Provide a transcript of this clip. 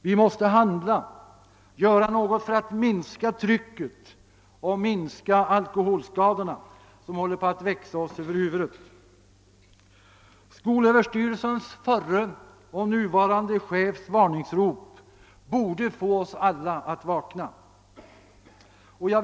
Vi måste handla, göra något för att minska trycket och minska alkoholskadorna, som håller på att växa oss över huvudet. Skolövertyrelsens förre och nuvarande chefs varningsrop borde få oss alla att vakna.